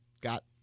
got